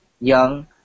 young